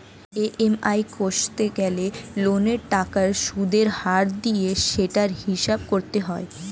EMI কষতে গেলে লোনের টাকার সুদের হার দিয়ে সেটার হিসাব করতে হয়